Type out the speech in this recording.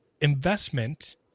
investment